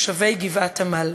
תושבי גבעת-עמל.